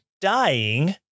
dying